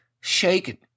shaken